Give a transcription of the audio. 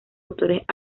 autores